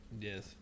Yes